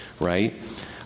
right